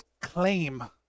claim